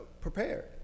prepared